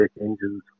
Engines